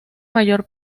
mayor